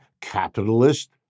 capitalist